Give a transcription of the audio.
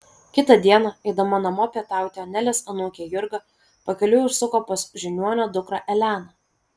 kitą dieną eidama namo pietauti anelės anūkė jurga pakeliui užsuko pas žiniuonio dukrą eleną